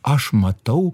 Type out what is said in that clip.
aš matau